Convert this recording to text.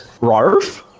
Rarf